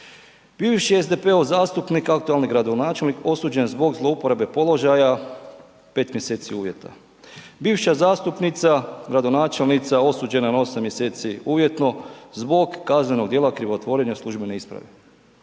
Bivši SDP-ov aktualni gradonačelnik osuđen zbog zlouporabe položaja pet mjeseci uvjeta, bivša zastupnica gradonačelnica osuđena na osam mjeseci uvjetno zbog kaznenog djela krivotvorenja službene isprave,